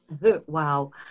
Wow